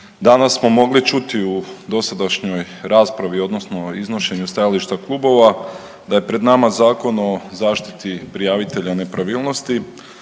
Danas smo mogli čuti u dosadašnjoj raspravi odnosno u iznošenju stajališta klubova da je pred nama Zakon o zaštiti prijavitelja nepravilnosti.